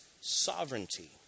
sovereignty